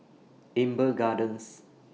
Amber Gardens